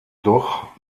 doch